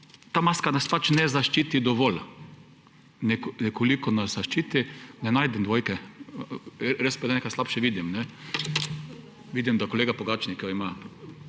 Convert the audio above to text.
Ta maska nas pač ne zaščiti dovolj. Nekoliko nas zaščiti. Ne najdem dvojke, res pa je, da malo slabše vidim. Vidim, da kolega Pogačnik jo ima.